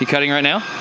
cutting right now?